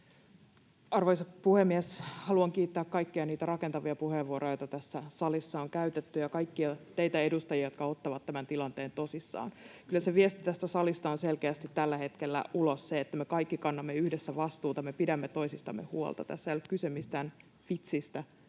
Arvoisa puhemies! Haluan kiittää kaikkia niitä rakentavia puheenvuoroja, joita tässä salissa on käytetty — ja kaikkia teitä edustajia, jotka otatte tämän tilanteen tosissaan. Kyllä se viesti tästä salista ulos on selkeästi tällä hetkellä se, että me kaikki kannamme yhdessä vastuuta ja me pidämme toisistamme huolta. Tässä ei ole kyse mistään vitsistä.